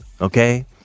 Okay